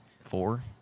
four